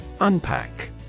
Unpack